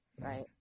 right